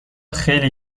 خیلی